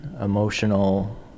emotional